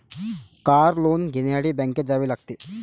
car loan घेण्यासाठी बँकेत जावे लागते